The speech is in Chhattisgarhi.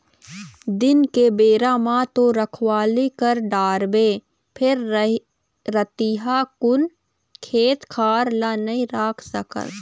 दिन के बेरा म तो रखवाली कर डारबे फेर रतिहा कुन खेत खार ल नइ राख सकस